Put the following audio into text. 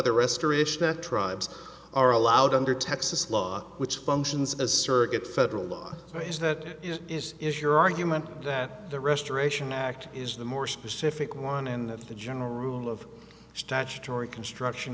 the rest rish that tribes are allowed under texas law which functions as surrogate federal law is that is your argument that the restoration act is the more specific one and of the general rule of statutory construction